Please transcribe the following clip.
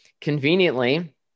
conveniently